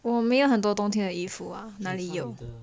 我没有很多冬天衣服啊哪里有